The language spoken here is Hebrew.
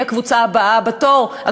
מי הקבוצה הבאה בתור?